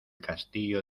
castillo